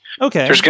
Okay